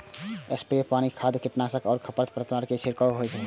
sprayer सं पानि, खाद, कीटनाशक आ खरपतवारनाशक के छिड़काव होइ छै